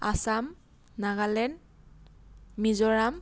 Assam Nagaland Mizoram